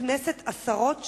בכנסת עשרות שנים.